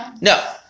No